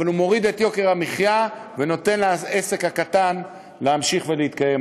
אבל הוא מוריד את יוקר המחיה ונותן לעסק הקטן להמשיך להתקיים,